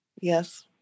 Yes